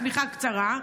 השמיכה הקצרה,